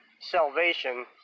Salvation